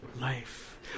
life